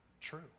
true